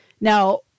Now